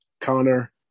Connor